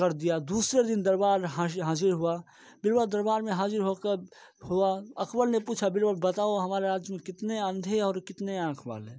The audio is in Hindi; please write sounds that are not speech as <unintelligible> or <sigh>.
कर दिया दूसरे दिन दरबार में हाज़िर हाज़िर हुआ बीरबल दरबार में हाज़िर हुआ <unintelligible> अकबर ने पूछा बताओ हमारे राज्य में कितने अंधे और कितने आँख वाले